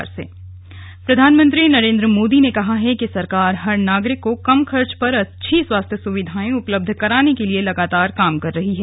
नमो app प्रधानमंत्री नरेंद्र मोदी ने कहा है कि सरकार हर नागरिक को कम खर्च पर अच्छी स्वास्थ्य सुविधाएं उपलब्ध कराने के लिए लगातार काम कर रही है